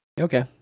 Okay